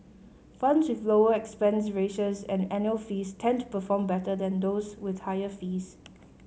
funds with lower expense ratios and annual fees tend to perform better than those with higher fees